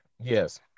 Yes